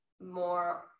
more